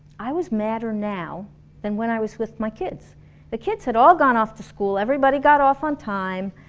i was madder now than when i was with my kids the kids had all gone off to school, everybody got off on time,